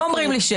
לא.